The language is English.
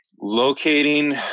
Locating